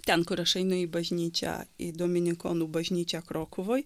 ten kur aš einu į bažnyčią į dominikonų bažnyčią krokuvoj